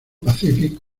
pacific